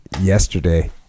yesterday